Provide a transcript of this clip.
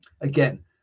again